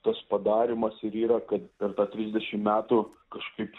tas padarymas ir yra kad per tą trisdešim metų kažkaip